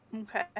Okay